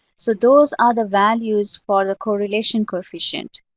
so those are the values for the correlation coefficient.